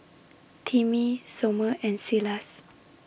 Timmy Somer and Silas